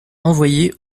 envoyé